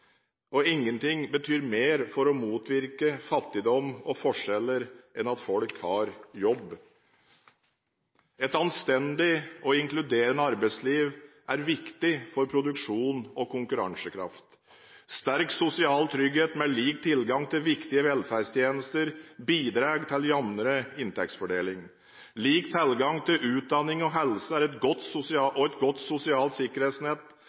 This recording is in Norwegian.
Ingenting betyr mer for å motvirke fattigdom og forskjeller enn at folk har jobb. Et anstendig og inkluderende arbeidsliv er viktig for produksjon og konkurransekraft. Sterk sosial trygghet med lik tilgang til viktige velferdstjenester bidrar til jevnere inntektsfordeling. Lik tilgang til utdanning og helse og et godt sosialt sikkerhetsnett